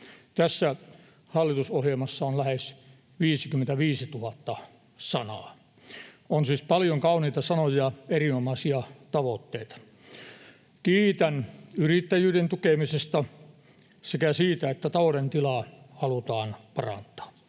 Tässä hallitusohjelmassa on lähes 55 000 sanaa. On siis paljon kauniita sanoja ja erinomaisia tavoitteita. Kiitän yrittäjyyden tukemisesta sekä siitä, että talouden tilaa halutaan parantaa.